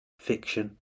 fiction